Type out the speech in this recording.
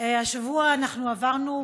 השבוע אנחנו עברנו,